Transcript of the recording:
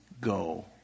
go